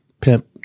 Pimp